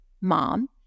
mom